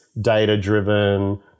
data-driven